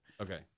Okay